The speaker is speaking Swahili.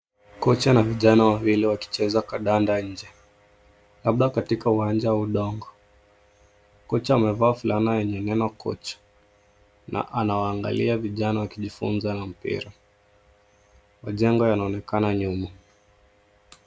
Kocha na vijana wawili wakicheza kandanda nje labda katika uwanja wa udongo. Kocha amevaa fulana yenye neno coach na anawaangalia vijana wakijifunza na mpira. Majengo yanaonekana nyuma.